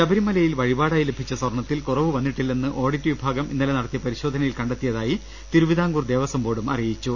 ശബരിമലയിൽ വഴിപാടായി ലഭിച്ച സ്വർണത്തിൽ കുറവു വന്നി ട്ടില്ലെന്ന് ഓഡിറ്റ് വിഭാഗം ഇന്നലെ നടത്തിയ പരിശോധനയിൽ കണ്ടെ ത്തിയതായി തിരുവിതാംകൂർ ദേവസം ബോർഡ് അറിയിച്ചു